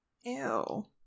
Ew